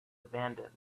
abandoned